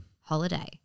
holiday